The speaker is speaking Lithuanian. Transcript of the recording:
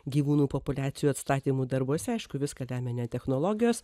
gyvūnų populiacijų atstatymo darbuose aišku viską lemia ne technologijos